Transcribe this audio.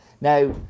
Now